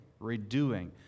redoing